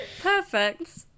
Perfect